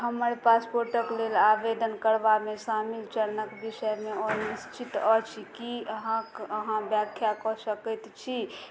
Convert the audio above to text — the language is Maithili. हमर पासपोर्टक लेल आवेदन करबामे शामिल चरणक विषयमे अनिश्चित अछि की अहाँ अहाँ व्याख्या कऽ सकैत छी